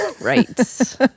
Right